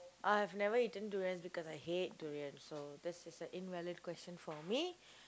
I have never eaten durian because I hate durian so this is an invalid question for me